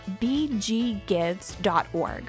bggives.org